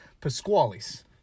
Pasquale's